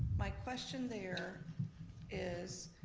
my question there is